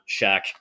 Shaq